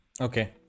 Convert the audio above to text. Okay